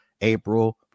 April